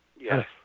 Yes